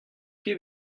ket